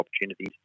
opportunities